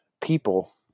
people